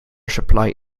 supply